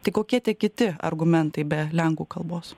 tai kokie tie kiti argumentai be lenkų kalbos